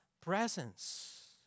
presence